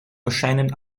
erscheinen